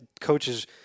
coaches